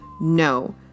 no